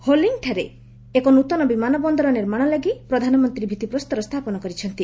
ହୋଲଙ୍ଗିଠାରେ ଏକ ନୂତନ ବିମାନବନ୍ଦର ନିର୍ମାଣ ଲାଗି ପ୍ରଧାନମନ୍ତ୍ରୀ ଭିଭିପ୍ରସ୍ତର ସ୍ଥାପନ କରିଛନ୍ତି